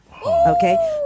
Okay